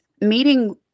meeting